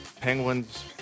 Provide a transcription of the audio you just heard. Penguins